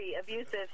abusive